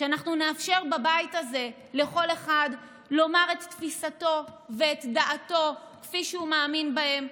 שנאפשר בבית הזה לכל אחד לומר את תפיסתו ואת דעתו כפי שהוא מאמין בהן,